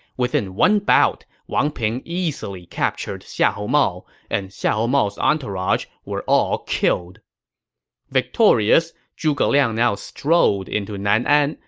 within one bout, wang ping easily captured xiahou mao, and xiahou mao's entourage were all killed victorious, zhuge liang now strolled into nanan,